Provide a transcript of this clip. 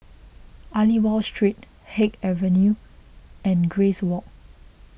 Aliwal Street Haig Avenue and Grace Walk